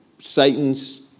Satan's